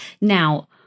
Now